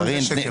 גם זה שקר.